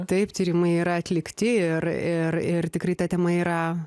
taip tyrimai yra atlikti ir ir ir tikrai ta tema yra